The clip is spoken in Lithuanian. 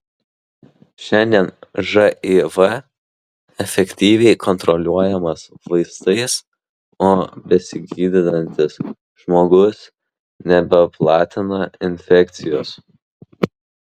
šiandien živ efektyviai kontroliuojamas vaistais o besigydantis žmogus nebeplatina infekcijos